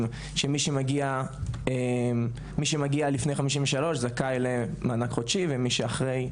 שמי שמגיע לפני 1953 זכאי למענק חודשי ומי שאחרי,